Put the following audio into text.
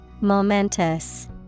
Momentous